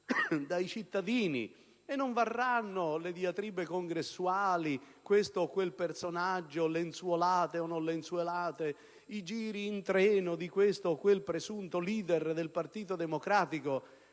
dai cittadini. E non varranno le diatribe congressuali, questo o quel personaggio, lenzuolate o non lenzuolate, i giri in treno di questo o quel presunto *leader* del Partito Democratico,